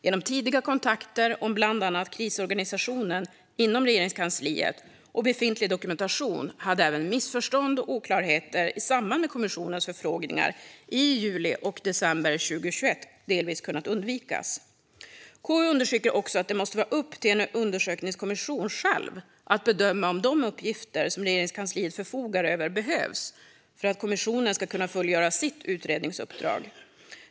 Genom tidiga kontakter om bland annat krisorganisationen inom Regeringskansliet och befintlig dokumentation hade även missförstånd och oklarheter i samband med kommissionens förfrågningar i juli och december 2021 delvis kunnat undvikas. KU understryker också att det måste vara upp till en undersökningskommission själv att bedöma om de uppgifter som Regeringskansliet förfogar över behövs för att kommissionen ska kunna fullgöra sitt utredningsuppdrag.